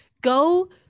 Go